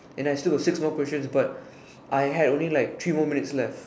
and I still got six more question but I had only like three more minute left